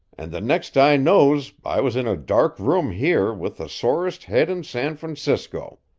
and the next i knows i was in a dark room here with the sorest head in san francisco.